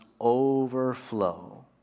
overflow